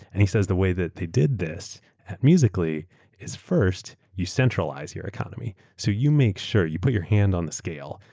and ahe says the way that they did this at musical. ly is first, you centralize your economy. so you make sure you put your hand on the scale.